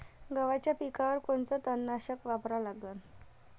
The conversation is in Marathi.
गव्हाच्या पिकावर कोनचं तननाशक वापरा लागन?